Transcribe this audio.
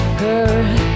hurt